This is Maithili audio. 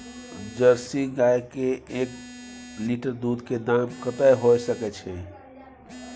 जर्सी गाय के एक लीटर दूध के दाम कतेक होय सके छै?